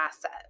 asset